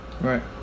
Right